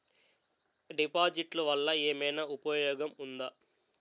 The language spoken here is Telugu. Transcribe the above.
డిపాజిట్లు వల్ల ఏమైనా ఉపయోగం ఉందా?